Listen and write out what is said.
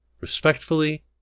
Respectfully